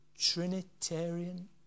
Trinitarian